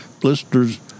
blisters